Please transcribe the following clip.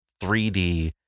3D